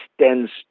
stands